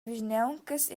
vischnauncas